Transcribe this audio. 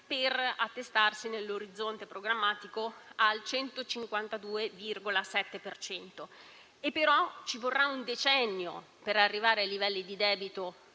per assestarsi nell'orizzonte programmatico al 152,7 per cento, ma ci vorrà un decennio per arrivare ai livelli di debito